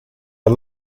are